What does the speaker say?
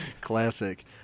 Classic